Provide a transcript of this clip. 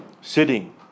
sitting